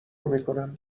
میکنم